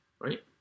right